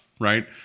right